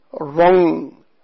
wrong